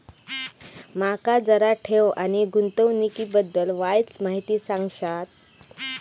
माका जरा ठेव आणि गुंतवणूकी बद्दल वायचं माहिती सांगशात?